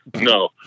No